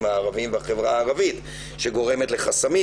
הערביים ובחברה הערבית שגורמת לחסמים.